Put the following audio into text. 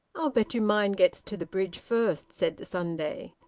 i'll bet you mine gets to the bridge first, said the sunday.